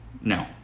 no